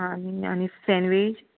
आनी आनी सेन्वेज